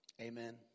amen